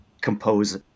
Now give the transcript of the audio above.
compose